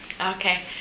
Okay